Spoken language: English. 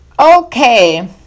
Okay